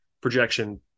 projection